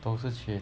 都是去